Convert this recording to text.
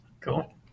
Cool